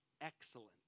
excellent